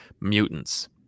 mutants